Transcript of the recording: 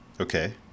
Okay